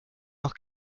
noch